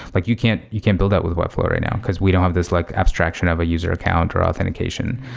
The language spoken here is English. like you can't you can't build that with webflow right now, because we don't have this like abstraction of a user account or authentication.